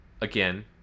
again